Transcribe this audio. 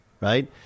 right